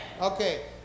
Okay